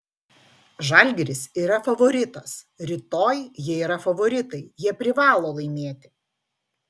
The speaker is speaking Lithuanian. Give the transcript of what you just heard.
žalgiris yra favoritas rytoj jie yra favoritai jie privalo laimėti